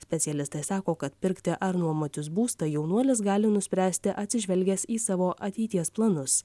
specialistai sako kad pirkti ar nuomotis būstą jaunuolis gali nuspręsti atsižvelgęs į savo ateities planus